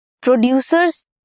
Producers